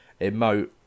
emote